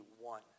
one